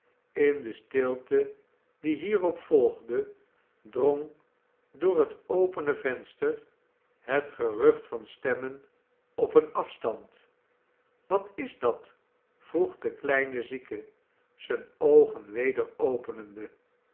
in de stilte die hierop volgde drong door het opene venster het gerucht van stemmen op een afstand wat is dat vroeg de kleine zieke zijne oogen weder openende